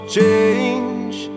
change